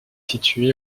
située